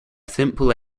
simple